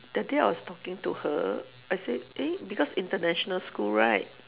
that day I was talking to her I say eh because international school right